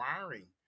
wiring